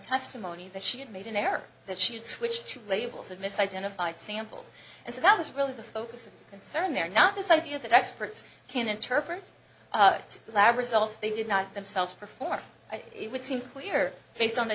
testimony that she had made an error that she had switched to labels and mis identified samples and so that was really the focus of concern there not this idea that experts can interpret lab results they did not themselves perform i think it would seem clear based on